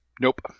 Nope